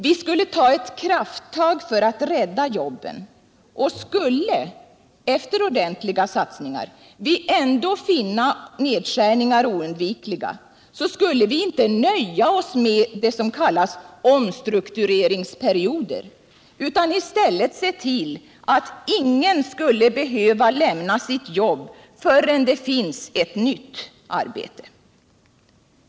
Vi skulle kunna ta ett krafttag för att rädda jobben, och skulle vi efter ordentliga satsningar ändå finna nedskärningar oundvikliga, så skulle vi inte nöja oss med det som kallas omstruktureringsperioder utan i stället se till att ingen behövde lämna sitt jobb förrän det fanns ett nytt arbete.